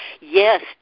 Yes